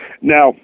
Now